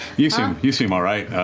you seem you seem all right.